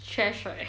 trash right